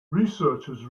researchers